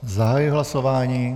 Zahajuji hlasování.